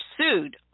sued